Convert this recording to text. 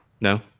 No